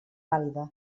vàlida